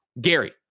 Gary